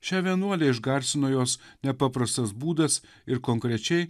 šią vienuolę išgarsino jos nepaprastas būdas ir konkrečiai